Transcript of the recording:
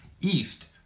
east